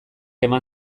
eman